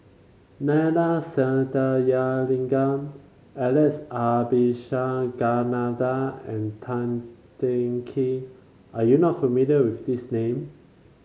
Neila Sathyalingam Alex Abisheganaden and Tan Teng Kee are you not familiar with these name